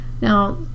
Now